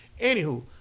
Anywho